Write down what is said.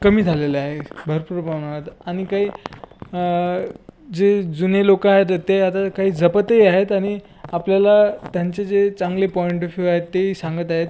कमी झालेलं आहे भरपूर प्रमाणात आणि काही जे जुने लोकं आहेत ते आता काही जपतही आहेत आणि आपल्याला त्यांचे जे चांगले पॉईंट शिवाय तेही सांगत आहेत